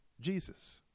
Jesus